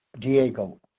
Diego